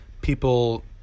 people